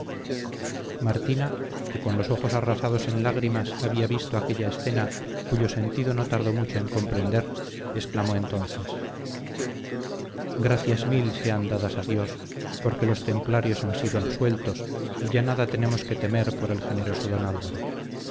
martina que con los ojos arrasados en lágrimas había visto aquella escena cuyo sentido no tardó mucho en comprender exclamó entonces gracias mil sean dadas a dios porque los templarios han sido absueltos y ya nada tenemos que temer por el generoso don álvaro